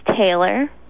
Taylor